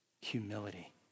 humility